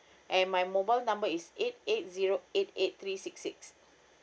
and my mobile number is eight eight zero eight eight three six six